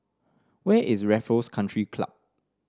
where is Raffles Country Club